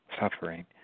suffering